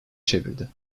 çevirdi